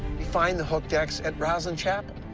you find the hooked x at rosslyn chapel.